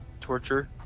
torture